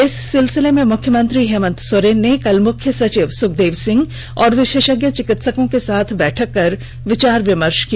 इस सिलसिले में मुख्यमंत्री हेमंत सोरेन ने कल मुख्य सचिव सुखदेव सिंह और विशेषज्ञ चिकित्सकों के साथ बैठक कर विचार विमर्श किया